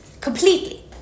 completely